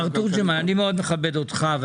מר תורג'מן, אני מאוד מכבד אותך.